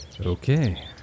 Okay